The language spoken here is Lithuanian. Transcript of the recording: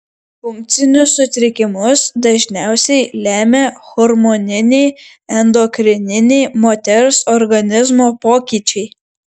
funkcinius sutrikimus dažniausiai lemia hormoniniai endokrininiai moters organizmo pokyčiai